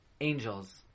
Angels